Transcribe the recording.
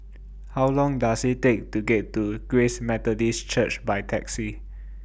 How Long Does IT Take to get to Grace Methodist Church By Taxi